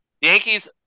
Yankees